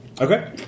Okay